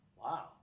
Wow